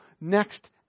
next